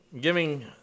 giving